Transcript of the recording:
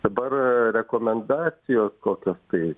dabar rekomendacijos kokios kai